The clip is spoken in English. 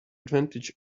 advantage